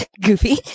Goofy